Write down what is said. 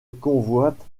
convoite